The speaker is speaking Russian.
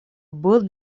был